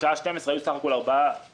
בשעה 12:00 היו בסך הכול ארבע טילים.